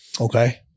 Okay